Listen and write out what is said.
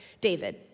David